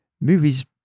movie's